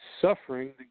Suffering